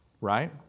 Right